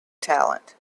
talent